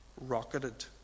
rocketed